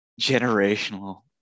generational